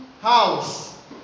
house